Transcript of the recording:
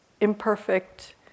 imperfect